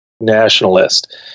nationalist